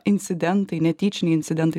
incidentai netyčiniai incidentai